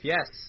Yes